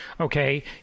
Okay